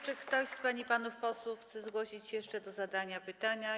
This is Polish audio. Czy ktoś z pań i panów posłów chce zgłosić się jeszcze do zadania pytania?